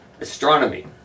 astronomy